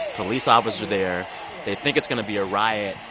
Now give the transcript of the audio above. police officer there they think it's going to be a riot.